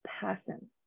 passion